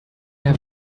have